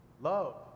Love